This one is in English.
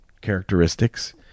characteristics